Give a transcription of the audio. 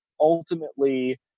ultimately